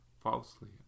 falsely